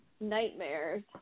Nightmares